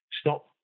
stop